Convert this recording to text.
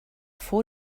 four